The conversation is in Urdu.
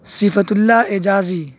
صفت اللہ اعجازی